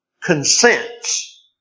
consents